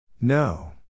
no